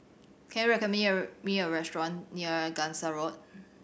can you recommend me me a restaurant near Gangsa Road